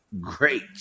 great